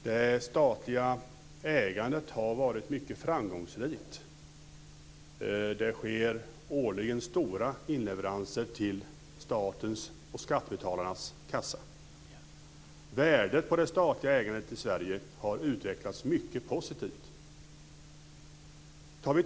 Herr talman! Det statliga ägandet har varit mycket framgångsrikt. Det sker årligen stora inleveranser till statens och skattebetalarnas kassa. Värdet på det statliga ägandet i Sverige har utvecklats mycket positivt.